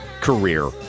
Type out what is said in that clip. career